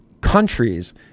countries